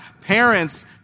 parents